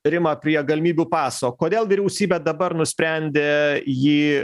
rima prie galimybių paso kodėl vyriausybė dabar nusprendė jį